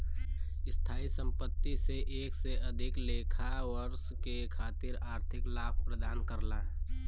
स्थायी संपत्ति से एक से अधिक लेखा वर्ष के खातिर आर्थिक लाभ प्रदान करला